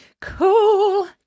Cool